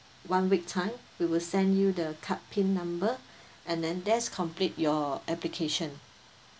one week time we will send you the card PIN number and then that's complete your application